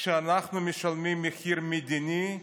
ואנחנו משלמים מחיר מדיני,